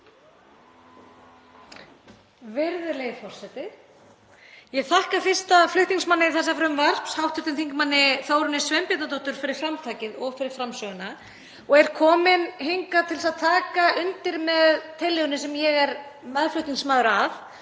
Virðulegi forseti. Ég þakka fyrsta flutningsmanni þessa frumvarps, hv. þm. Þórunni Sveinbjarnardóttur, fyrir framtakið og fyrir framsöguna og er komin hingað til að taka undir með tillögunni sem ég er meðflutningsmaður að.